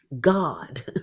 God